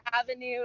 Avenue